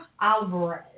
Alvarez